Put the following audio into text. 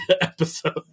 episode